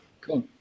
cool